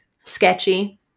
sketchy